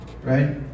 right